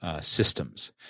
systems